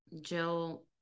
Jill